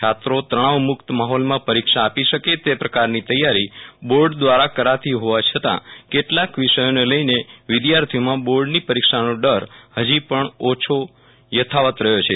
છાત્રો તણાવમુક્ત માહોલમાં પરીક્ષા આપી શકે તે પ્રકારની તૈયારી બોર્ડ દ્વારા કરાતી હોવા છતાં કેટલાક વિષયોને લઈને વિદ્યાર્થીઓમાં બોર્ડની પરીક્ષાનો ડર હજી પણ ઓછો યથાવત રહ્યો છે